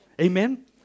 Amen